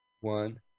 one